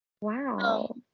wow